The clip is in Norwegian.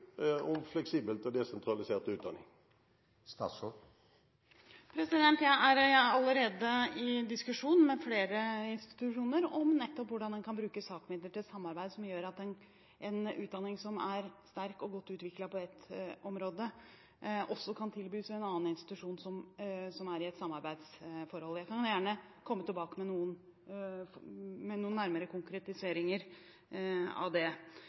om fleksibel og desentralisert utdanning? Jeg er allerede i diskusjon med flere institusjoner om nettopp hvordan en kan bruke SAK-midler til samarbeid som gjør at en utdanning som er sterk og godt utviklet på et område, også kan tilbys ved en annen institusjon som er i et samarbeidsforhold. Jeg kan gjerne komme tilbake med noen nærmere konkretiseringer av det. Hele poenget med SAK-midlene og innrettingen av